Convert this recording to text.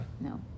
No